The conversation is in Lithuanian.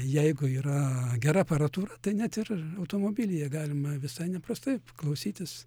jeigu yra gera aparatūra tai net ir automobilyje galima visai neprastai klausytis